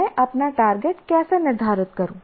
मैं अपना टारगेट कैसे निर्धारित करूं